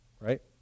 right